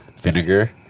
vinegar